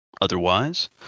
Otherwise